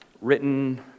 written